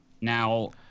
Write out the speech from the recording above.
Now